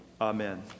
Amen